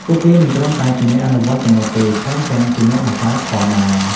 ពួកគេមិនត្រឹមតែជាអ្នកអនុវត្តប៉ុណ្ណោះទេ ថែមទាំងជាអ្នកបង្កើតផងដែរ។